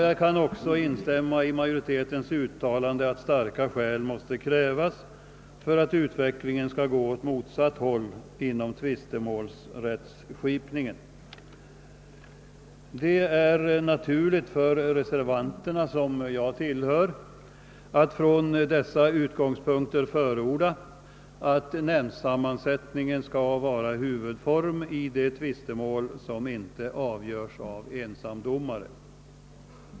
Jag kan också ansluta mig till majoritetens uttalande, att starka skäl måste krävas för att utvecklingen skall gå åt motsatt håll inom tvistemålsrättskipningen. Det är naturligt för reservanterna, som jag tillhör, att från dessa utgångspunkter förorda att nämndsammansättningen skall vara huvudform i de tvistemål som inte avgörs av ensamdomare.